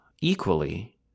equally